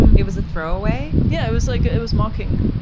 and it was a throw away? yeah, it was like, it it was mocking.